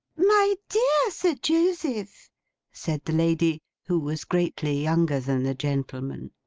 my dear sir joseph said the lady, who was greatly younger than the gentleman.